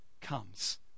comes